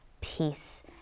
peace